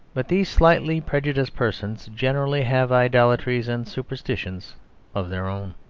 but these slightly prejudiced persons generally have idolatries and superstitions of their own,